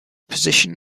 position